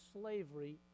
slavery